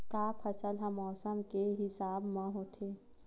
का फसल ह मौसम के हिसाब म होथे?